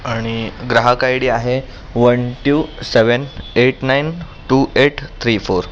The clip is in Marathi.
आणि ग्राहक आय डी आहे one two seven eight nine two eight three four